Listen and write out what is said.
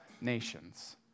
nations